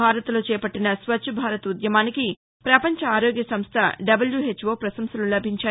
భారత్లో చేపట్టిన స్వచ్ఛ భారత్ ఉద్యమానికి పపంచ ఆరోగ్య సంస్థ డబ్లుహెచ్ఓ పశంసలు లభించాయి